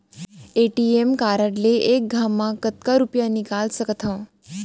ATM card ले एक घव म कतका रुपिया निकाल सकथव?